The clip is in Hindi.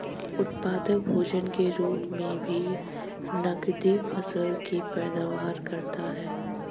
उत्पादक भोजन के रूप मे भी नकदी फसल की पैदावार करता है